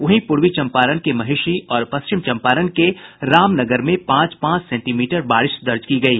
वहीं पूर्वी चंपारण के महेषी और पश्चिम चंपारण के रामनगर में पांच पांच सेंटीमीटर बारिश दर्ज की गयी